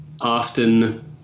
often